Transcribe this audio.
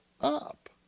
up